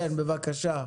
כן, בבקשה.